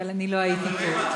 אבל אני לא הייתי פה.